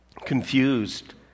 Confused